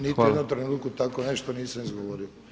Niti u jednom trenutku tako nešto nisam izgovorio.